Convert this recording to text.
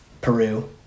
Peru